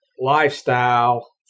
lifestyle